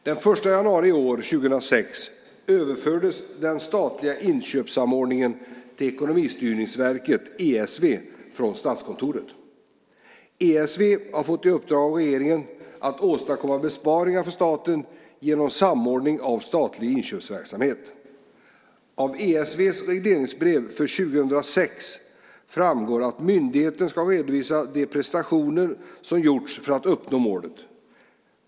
Den 1 januari i år, 2006, överfördes den statliga inköpssamordningen till Ekonomistyrningsverket, ESV, från Statskontoret. ESV har fått i uppdrag av regeringen att åstadkomma besparingar för staten genom samordning av statlig inköpsverksamhet. Av ESV:s regleringsbrev för 2006 framgår att myndigheten ska redovisa de prestationer som gjorts för att uppnå målen.